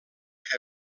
que